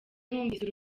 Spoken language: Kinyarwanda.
numvise